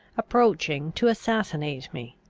approaching to assassinate me.